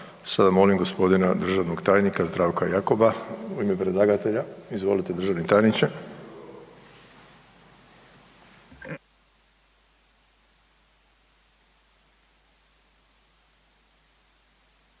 Sada molim g. državnog tajnika Zdravka Jakopa u ime predlagatelja, izvolite državni tajniče.